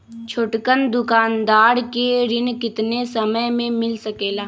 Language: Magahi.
छोटकन दुकानदार के ऋण कितने समय मे मिल सकेला?